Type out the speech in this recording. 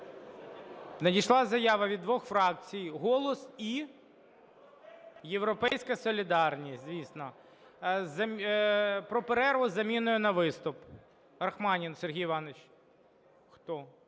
Надійшла заява від двох фракцій: "Голос" і "Європейська солідарність", - звісно, про перерву з заміною на виступ. Рахманін Сергій Іванович.